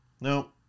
no